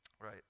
right